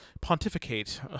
pontificate